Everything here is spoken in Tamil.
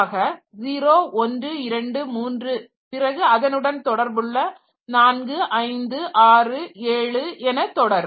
ஆக 0123 பிறகு அதனுடன் தொடர்புள்ள 4567 என தொடரும்